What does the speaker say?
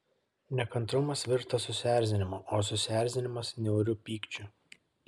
nekantrumas virto susierzinimu o susierzinimas niauriu pykčiu